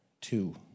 two